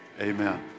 amen